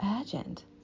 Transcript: urgent